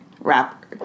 rapper